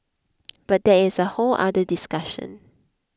but that is a whole other discussion